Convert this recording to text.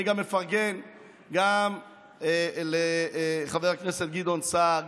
אני גם מפרגן לחבר הכנסת גדעון סער,